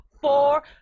four